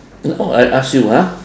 and oh I ask you ah